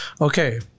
Okay